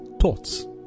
thoughts